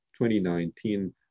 2019